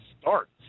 starts